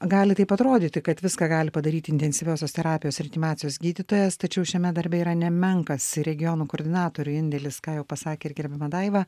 gali taip atrodyti kad viską gali padaryti intensyviosios terapijos reanimacijos gydytojas tačiau šiame darbe yra nemenkas regionų koordinatorių indėlis ką jau pasakė ir gerbiama daiva